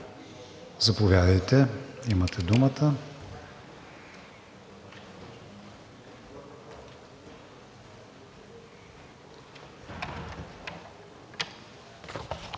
Заповядайте, имате думата.